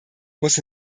muss